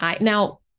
Now